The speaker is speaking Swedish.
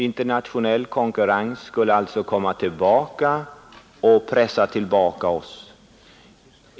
Internationell konkurrens skulle alltså komma tillbaka och pressa tillbaka oss.